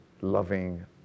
loving